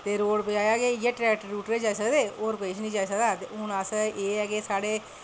ते रोड़ पजाया गै इयै ट्रैक्टर गै जाई सकदे होर किश निं जाई सकदा ते हून अस एह् ऐ कि साढ़े